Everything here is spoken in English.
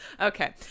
okay